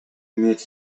mieć